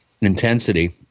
intensity